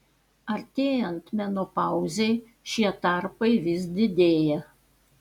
artėjant menopauzei šie tarpai vis didėja